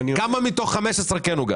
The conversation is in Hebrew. כמה מתוך 15 כן הוגש?